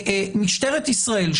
משטרת ישראל,